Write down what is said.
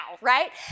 right